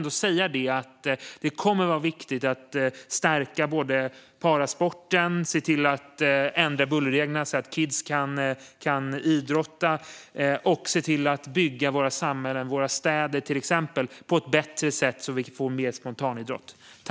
Det kommer att vara viktigt att stärka parasporten, att ändra bullerreglerna så att kids kan idrotta och att bygga våra samhällen, till exempel våra städer, på ett bättre sätt så att vi får mer spontanidrott.